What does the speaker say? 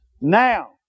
now